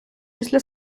після